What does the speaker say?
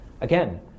Again